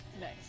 Nice